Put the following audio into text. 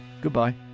Goodbye